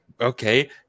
okay